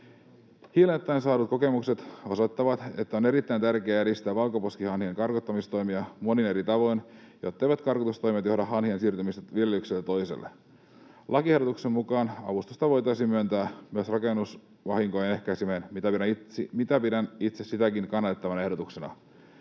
Hiljattain saadut kokemukset osoittavat, että on erittäin tärkeää edistää valkoposkihanhien karkottamistoimia monin eri tavoin, jotteivät karkotustoimet johda hanhien siirtymiseen viljelykseltä toiselle. Lakiehdotuksen mukaan avustusta voitaisiin myöntää myös rakennusvahinkojen ehkäisemiseen, mitä sitäkin itse pidän kannatettavana ehdotuksena.